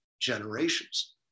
generations